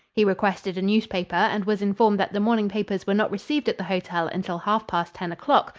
he requested a newspaper and was informed that the morning papers were not received at the hotel until half past ten o'clock,